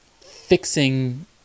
fixing